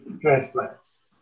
transplants